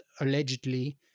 allegedly